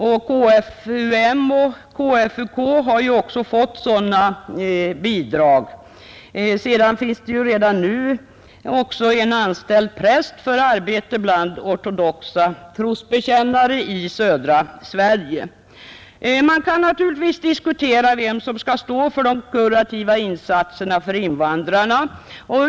KFUM och KFUK har ju också fått sådana bidrag. Det finns även en präst anställd för arbete bland ortodoxa trosbekännare i södra Sverige. Man kan naturligtvis diskutera vem som skall stå för de kurativa insatserna för invandrarna.